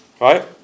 right